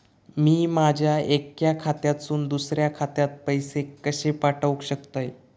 मी माझ्या एक्या खात्यासून दुसऱ्या खात्यात पैसे कशे पाठउक शकतय?